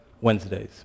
Wednesdays